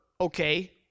okay